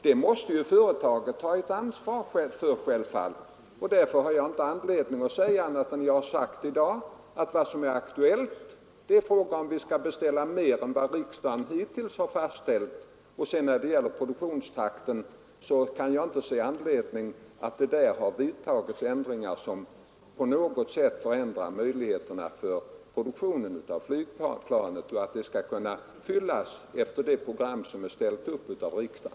Det måste självfallet företaget ha ansvar för, och därför har jag inte anledning att säga något annat än jag har sagt i dag, nämligen att det som är aktuellt är om vi skall beställa flera plan än riksdagen hittills har fastställt. Jag kan inte se att det har vidtagits åtgärder som på något sätt förändrar möjligheterna att producera flygplan så att det av riksdagen uppställda programmet skall kunna fyllas.